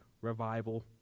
revival